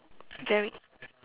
very